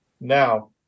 Now